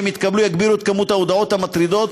שאם יתקבלו תגדל את כמות ההודעות המטרידות,